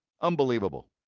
Unbelievable